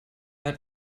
ein